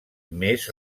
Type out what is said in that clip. més